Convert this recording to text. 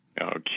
Okay